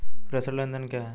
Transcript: प्रेषण लेनदेन क्या है?